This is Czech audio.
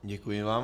Děkuji vám.